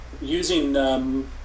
using